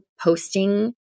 posting